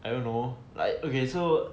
I don't know like okay so